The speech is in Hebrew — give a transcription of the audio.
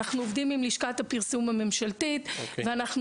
אנחנו עובדים עם לשכת הפרסום הממשלתית ואנחנו